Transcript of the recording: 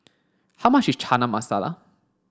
how much is Chana Masala